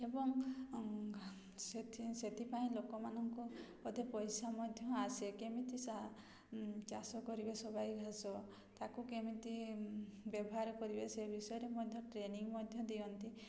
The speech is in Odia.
ଏବଂ ସେଥିପାଇଁ ଲୋକମାନଙ୍କୁ ବୋଧେ ପଇସା ମଧ୍ୟ ଆସେ କେମିତି ଚାଷ କରିବେ ସବାଇ ଘାସ ତାକୁ କେମିତି ବ୍ୟବହାର କରିବେ ସେ ବିଷୟରେ ମଧ୍ୟ ଟ୍ରେନିଂ ମଧ୍ୟ ଦିଅନ୍ତି